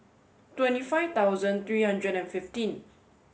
twenty five thousand three hundred and fifteen